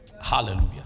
Hallelujah